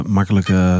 makkelijke